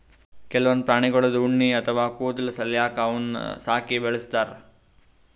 ಕೆಲವೊಂದ್ ಪ್ರಾಣಿಗಳ್ದು ಉಣ್ಣಿ ಅಥವಾ ಕೂದಲ್ ಸಲ್ಯಾಕ ಅವನ್ನ್ ಸಾಕಿ ಬೆಳಸ್ತಾರ್